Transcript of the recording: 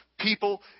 People